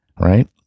Right